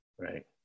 Right